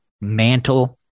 mantle